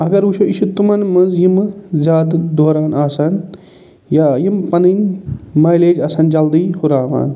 اگر وٕچھَو یہِ چھِ تِمَن منٛز یِمہٕ زیادٕ دوران آسَن یا یِم پَنٕنۍ مایلیج آسَن جلدی ہُراوان